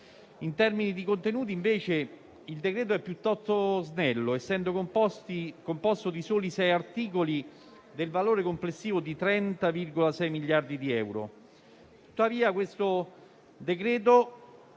In termini di contenuti invece, il decreto-legge n. 59 è piuttosto snello, essendo composto di soli 6 articoli del valore complessivo di 30,6 miliardi di euro. Tuttavia esso si